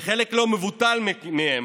חלק לא מבוטל מהם